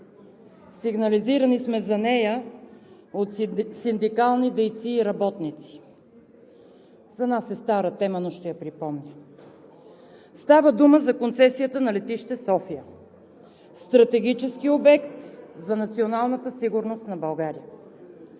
Сигнализирани сме за нея от синдикални дейци и работници. За нас е стара тема, но ще я припомня. Става дума за концесията на летище София – стратегически обект за националната сигурност на България.